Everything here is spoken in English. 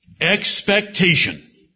expectation